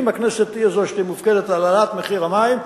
אם הכנסת היא שתהיה מופקדת על העלאת מחיר המים,